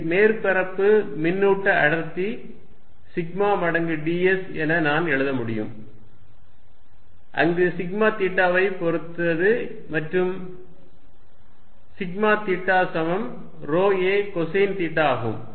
இதை மேற்பரப்பு மின்னூட்ட அடர்த்தி σ மடங்கு ds என நான் எழுத முடியும் அங்கு σ தீட்டாவைப் பொறுத்தது மற்றும் σ தீட்டா சமம் ρ a கொசைன் தீட்டா ஆகும்